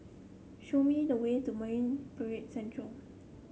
show me the way to Marine Parade Central